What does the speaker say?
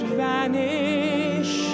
vanish